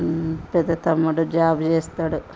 పెద్ద తమ్ముడు జాబ్ చేస్తాడు